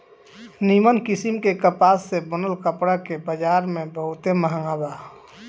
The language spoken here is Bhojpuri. निमन किस्म के कपास से बनल कपड़ा के बजार में बहुते मांग बा